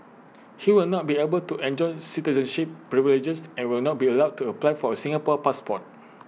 he will not be able to enjoy citizenship privileges and will not be allowed to apply for A Singapore passport